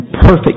perfect